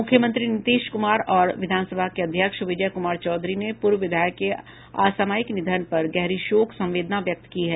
मुख्यमंत्री नीतीश कुमार और विधानसभा के अध्यक्ष विजय कुमार चौधरी ने पूर्व विधायक के असामायिक निधन पर गहरी शोक संवेदना व्यक्त की है